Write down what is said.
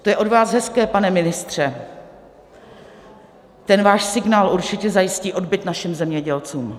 To je od vás hezké, pane ministře, ten váš signál určitě zajistí odbyt našim zemědělcům.